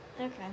Okay